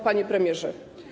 Panie Premierze!